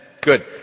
Good